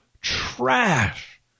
trash